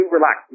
Relax